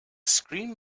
screen